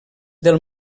del